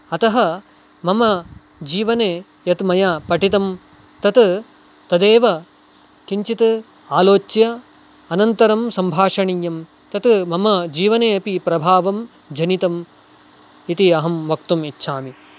अतः मम जीवने यत् मया पठितं तत् तदेव किञ्चित् आलोच्य अनन्तरं सम्भाषणीयम् तत् मम जीवने अपि प्रभावं जनितम् इति अहं वक्तुम् इच्छामि